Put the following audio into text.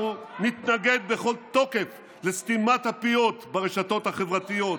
אנחנו נתנגד בכל תוקף לסתימת הפיות ברשתות החברתיות,